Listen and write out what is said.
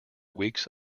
weeks